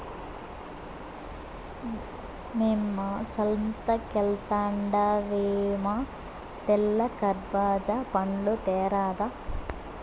మ్మే సంతకెల్తండావేమో తెల్ల కర్బూజా పండ్లు తేరాదా